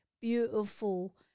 beautiful